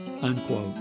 Unquote